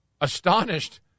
astonished